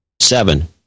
Seven